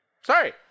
sorry